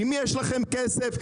אם יש לכם כסף,